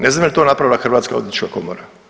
Ne znam jel' to napravila Hrvatska odvjetnička komora?